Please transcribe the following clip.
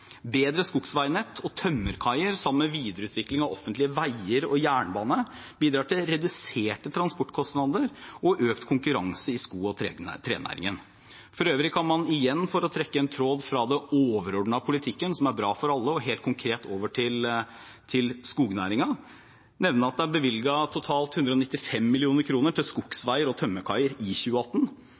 Bedre skogsveinett og tømmerkaier, sammen med videreutvikling av offentlige veier og jernbane, bidrar til reduserte transportkostnader og økt konkurranse i skog- og trenæringen. For igjen å trekke en tråd fra den overordnede politikken, som er bra for alle, helt konkret over til skognæringen kan man for øvrig nevne at det er bevilget totalt 195 mill. kr til skogsveier og tømmerkaier i 2018.